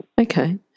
Okay